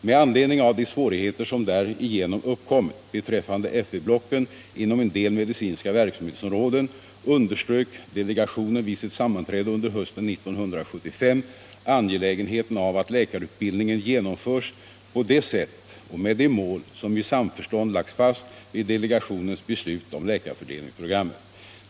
Med anledning av de svårigheter som därigenom uppkommit beträffande FV-blocken inom en del medicinska verksamhetsområden, underströk delegationen vid sitt sammanträde under hösten 1975 angelägenheten av att läkarutbildningen genomförs på det sätt och med de mål som i samförstånd lagts fast vid delegationens beslut om läkarfördelningsprogrammet.